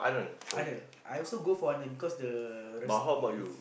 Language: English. Arnold I also go for Arnold because the recipe ah the f~